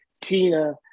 tina